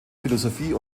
philosophie